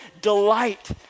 delight